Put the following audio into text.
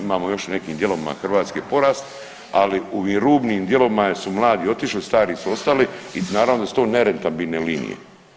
Imamo još u nekim dijelovima Hrvatske porast, ali u ovim rubnim dijelovima su mladi otišli, stari su ostali i naravno da su to nerentabilne linije.